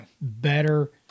better